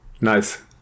nice